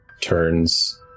turns